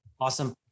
Awesome